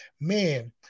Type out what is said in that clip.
Man